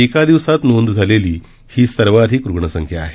एका दिवसात नोंद झालेली ही सर्वाधिक रुग्णसंख्या आहे